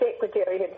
secretary